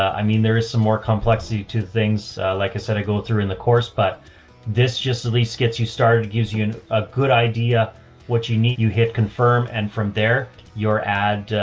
i mean there is some more complexity to things. like i said, i go through in the course, but this just at least gets you started, gives you and a good idea what you need, you hit confirm. and from there your ad, ah,